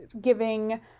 giving